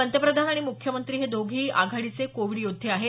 पंतप्रधान आणि मुख्यमंत्री हे दोघेही आघाडीचे कोविड योद्धे आहेत